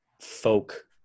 folk